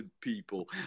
people